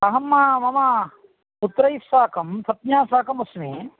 अहं मम पुत्रैस्साकं पत्न्या साकम् अस्मि